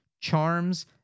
charms